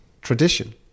tradition